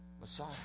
Messiah